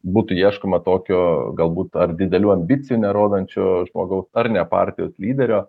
būtų ieškoma tokio galbūt ar didelių ambicijų nerodančio žmogaus ar ne partijos lyderio